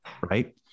Right